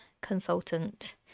consultant